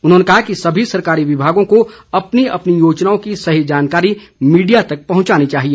उन्होंने कहा कि सभी सरकारी विभागों को अपनी अपनी योजनाओं की सही जानकारी मीडिया तक पहुंचानी चाहिए